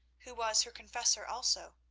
who was her confessor also.